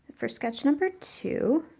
for sketch number two,